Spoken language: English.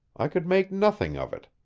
i could make nothing of it.